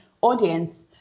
audience